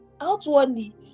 outwardly